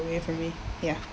away from me ya